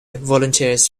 volunteers